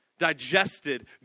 digested